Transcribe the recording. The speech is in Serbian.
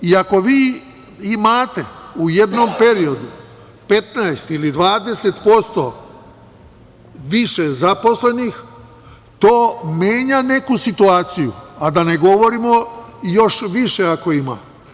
I ako vi imate u jednom periodu 15 ili 20% više zaposlenih to menja neku situaciju, a da ne govorimo još više ako ima.